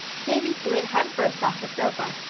davy slid head first off the sofa,